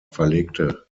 verlegte